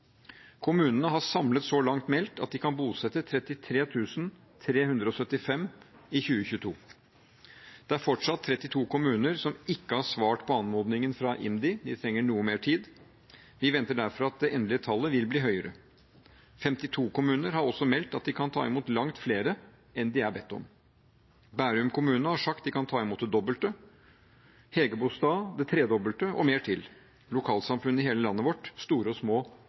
Kommunene har samlet så langt meldt at de kan bosette 33 375 i 2022. Det er fortsatt 32 kommuner som ikke har svart på anmodningen fra IMDi. De trenger noe mer tid. Vi venter derfor at det endelige tallet vil bli høyere. 52 kommuner har også meldt at de kan ta imot langt flere enn de er bedt om. Bærum kommune har sagt de kan ta imot det dobbelte – Hægebostad det tredobbelte og mer til. Lokalsamfunn i hele landet vårt, store og små,